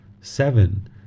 Seven